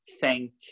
thank